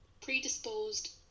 predisposed